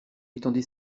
étendit